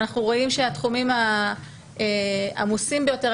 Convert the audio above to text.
אנחנו רואים שהתחומים העמוסים ביותר,